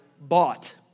bought